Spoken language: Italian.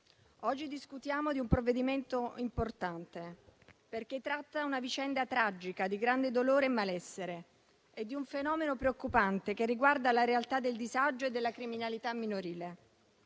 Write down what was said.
oggi discutiamo di un provvedimento importante, perché tratta una vicenda tragica, di grande dolore e malessere, e di un fenomeno preoccupante che riguarda la realtà del disagio e della criminalità minorile.